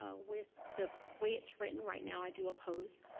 ah with the way it's written right now. i do oppose.